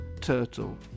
turtle